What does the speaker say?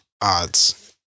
Odds